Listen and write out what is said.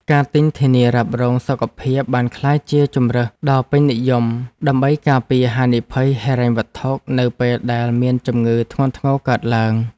ការទិញធានារ៉ាប់រងសុខភាពបានក្លាយជាជម្រើសដ៏ពេញនិយម ដើម្បីការពារហានិភ័យហិរញ្ញវត្ថុនៅពេលដែលមានជំងឺធ្ងន់ធ្ងរកើតឡើង។